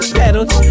pedals